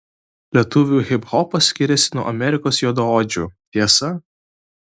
lietuvių hiphopas skiriasi nuo amerikos juodaodžių tiesa